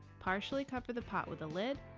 partially cover the pot with a lid,